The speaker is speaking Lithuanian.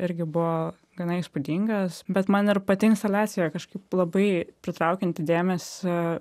irgi buvo gana įspūdingas bet man ir pati instaliacija kažkaip labai pritraukianti dėmesį